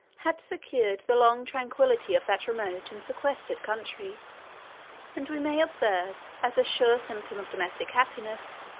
had secured the long tranquillity of that remote and sequestered country and we may observe, as a sure symptom of domestic happiness,